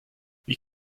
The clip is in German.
wie